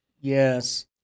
Yes